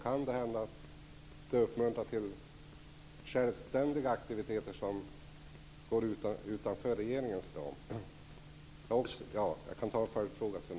Kan det här uppmuntra till självständiga aktiviteter som går utanför regeringens ram?